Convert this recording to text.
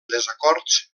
desacords